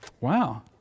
Wow